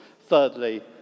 Thirdly